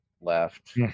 left